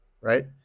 right